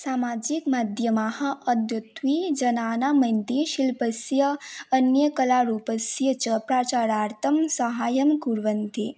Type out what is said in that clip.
सामाजिकमाध्यमाः अद्यूत्यजनानांमध्ये शिल्पस्य अन्यकलारूपस्य च प्राचारार्थं साहाय्यं कुर्वन्ति